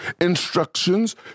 instructions